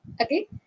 okay